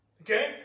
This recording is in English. Okay